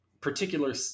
particular